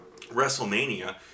WrestleMania